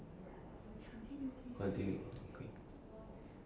I never I feel like asking again twen~ two hour twenty minute